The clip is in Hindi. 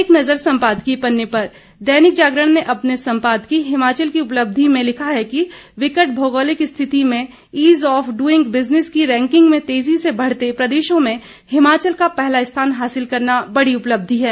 एक नज़र संपादकीय पन्ने पर दैनिक जागरण ने अपने संपादकीय हिमाचल की उपलब्धी में लिखा है कि विकट मोगौलिक स्थिति में ईज ऑफ डूईंग बिजनिस की रैंकिंग में तेजी से बढ़ते प्रदेशों में हिमाचल का पहला स्थान हासिल करना बड़ी उपलब्धी है